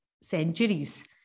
centuries